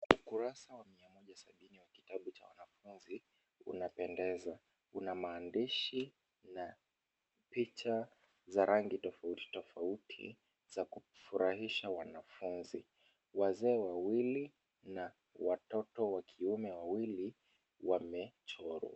Ukurasa wa mia moja sabini wa kitabu cha wanafunzi, unapendeza. Maandishi na picha za rangi tofauti tofauti za kufurahisha wanafunzi. Wazee wawili na watoto wa kiume wawili wamechorwa.